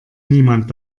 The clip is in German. niemand